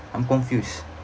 I'm confused